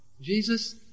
Jesus